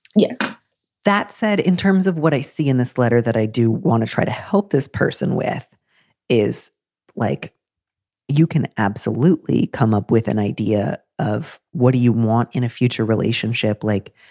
yeah that said, in terms of what i see in this letter that i do want to try to help this person with is like you can absolutely come up with an idea of what do you want in a future relationship? like,